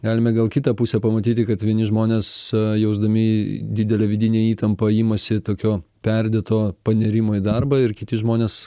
galime gal kitą pusę pamatyti kad vieni žmonės jausdami didelę vidinę įtampą imasi tokio perdėto panirimo į darbą ir kiti žmonės